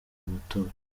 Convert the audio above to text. matora